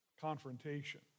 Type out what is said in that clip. confrontation